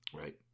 right